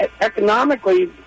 economically